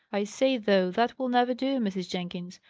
i say, though, that will never do, mrs. jenkins.